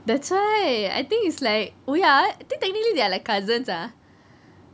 that's why I think it's like oh ya I think technically they are like cousins ah